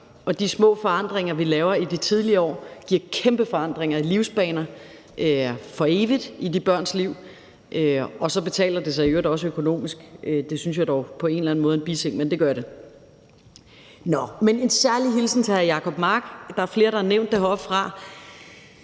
de små forandringer, vi laver i de tidlige år, giver kæmpe forandringer i livsbaner for evigt i de børns liv. Og så betaler det sig i øvrigt også økonomisk. Det synes jeg da på en eller anden måde er en biting, men det gør det. Nå, men jeg vil komme med en særlig hilsen til hr. Jacob Mark. Der er flere, der har nævnt det heroppefra,